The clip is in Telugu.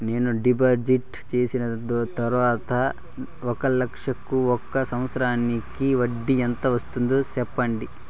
నేను డిపాజిట్లు చేసిన తర్వాత ఒక లక్ష కు ఒక సంవత్సరానికి వడ్డీ ఎంత వస్తుంది? సెప్పండి?